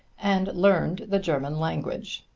and learned the german language.